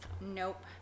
Nope